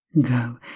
go